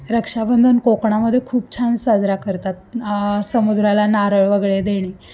रक्षाबंधन कोकणामध्ये खूप छान साजरा करतात समुद्राला नारळ वगैरे देणे